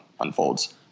unfolds